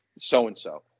so-and-so